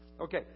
Okay